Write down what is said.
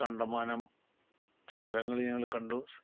കണ്ടമാനം സ്ഥലങ്ങള് ഞങ്ങള് കണ്ടു